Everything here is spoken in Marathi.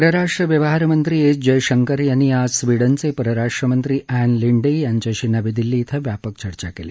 परराष्ट्र व्यवहार मंत्री एस जयशंकर यांनी आज स्वीडनचे परराष्ट्र मंत्री अप्तलिंडे यांच्याशी नवी दिल्ली श्वें व्यापक चर्चा केली